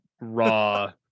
raw